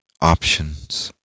options